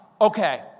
Okay